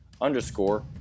underscore